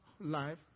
life